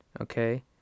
Okay